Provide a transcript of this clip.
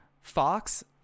Fox